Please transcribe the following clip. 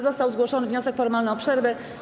Został zgłoszony wniosek formalny o przerwę.